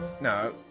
No